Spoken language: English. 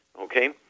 Okay